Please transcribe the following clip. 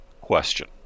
question